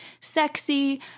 sexy